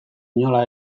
inola